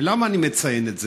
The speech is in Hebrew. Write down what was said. ולמה אני מציין את זה?